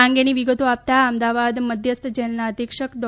આ અંગેની વિગતો આપતા અમદાવાદ મધ્યસ્થ જેલના અધિક્ષક ડૉ